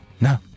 No